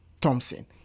Thompson